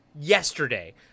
yesterday